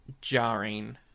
jarring